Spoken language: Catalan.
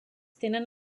tenen